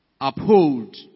Uphold